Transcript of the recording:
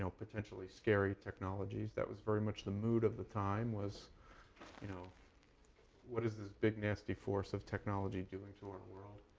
ah potentially scary technologies. that was very much the mood of the time, was you know what is this big nasty force of technology doing to our world?